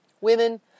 women